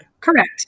Correct